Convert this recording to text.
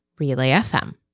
RelayFM